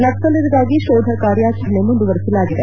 ನಕ್ಷಲಿರಿಗಾಗಿ ಶೋಧ ಕಾರ್ಯಾಚರಣೆ ಮುಂದುವರೆಸಲಾಗಿದೆ